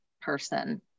person